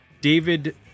David